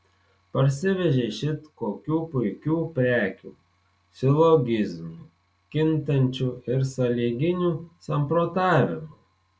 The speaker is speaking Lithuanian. parsivežei šit kokių puikių prekių silogizmų kintančių ir sąlyginių samprotavimų